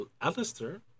Alistair